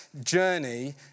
journey